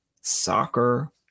soccer